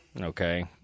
Okay